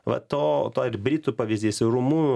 va to to ir britų pavyzdys ir rumunų